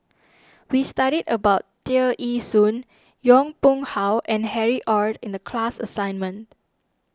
we studied about Tear Ee Soon Yong Pung How and Harry Ord in the class assignment